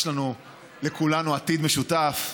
יש לכולנו עתיד משותף,